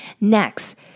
Next